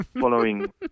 following